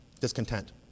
discontent